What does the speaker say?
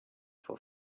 for